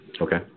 Okay